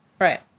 Right